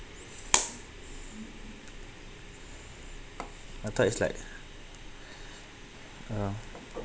I thought it's like uh